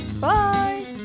bye